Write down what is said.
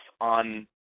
on